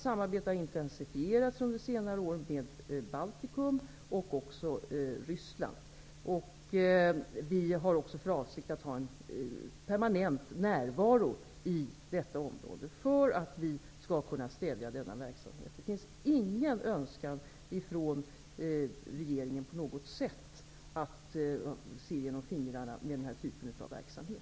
Samarbetet har under senare år intensifierats med Baltikum och även med Ryssland. Vi har också för avsikt att ha en permanent närvaro i detta område, för att vi skall kunna stävja människosmuggling. Regeringen har ingen önskan att på något sätt se genom fingrarna med denna typ av verksamhet.